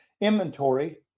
Inventory